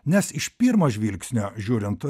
nes iš pirmo žvilgsnio žiūrint